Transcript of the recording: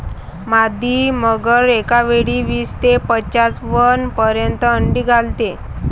मादी मगर एकावेळी वीस ते पंच्याण्णव पर्यंत अंडी घालते